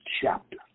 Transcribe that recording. chapter